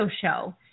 show